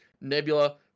Nebula